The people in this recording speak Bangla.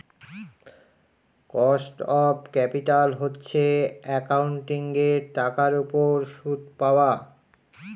কস্ট অফ ক্যাপিটাল হচ্ছে একাউন্টিঙের টাকার উপর সুদ পাওয়া